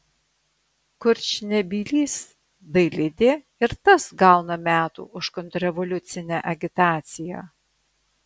kurčnebylis dailidė ir tas gauna metų už kontrrevoliucine agitaciją